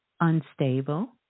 unstable